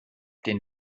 den